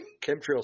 chemtrails